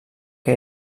que